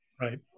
Right